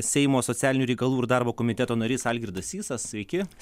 seimo socialinių reikalų ir darbo komiteto narys algirdas sysas sveiki